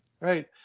right